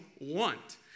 want